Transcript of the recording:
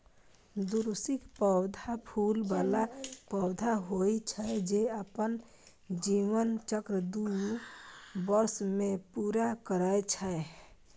द्विवार्षिक पौधा फूल बला पौधा होइ छै, जे अपन जीवन चक्र दू वर्ष मे पूरा करै छै